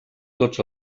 tots